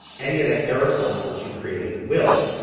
any of the aerosols that you create will,